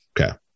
okay